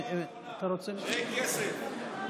אז אין כסף בסוף, שוסטר?